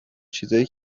چیزای